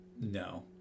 No